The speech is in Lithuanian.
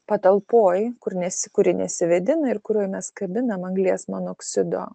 patalpoj kur nesi kuri nesivėdina ir kurioj mes kabinam anglies monoksido